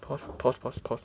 pause pause pause pause